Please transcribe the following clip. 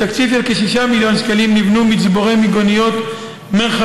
בתקציב של כ-6 מיליון שקלים נבנו מצבורי מיגוניות מרחביים